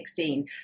2016